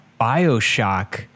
Bioshock